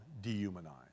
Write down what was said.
dehumanized